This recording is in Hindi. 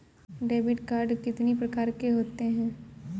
डेबिट कार्ड कितनी प्रकार के होते हैं?